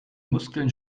muskeln